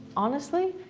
honestly,